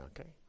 okay